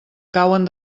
cauen